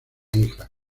hija